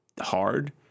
hard